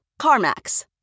CarMax